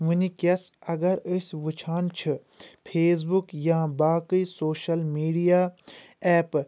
وُنکیٚس اگر أسۍ وُچھان چھ فیس بُک یا باقٕے سوشل میٖڈیا ایپہٕ